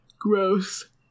Gross